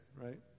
right